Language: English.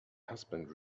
husband